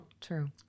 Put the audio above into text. True